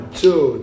two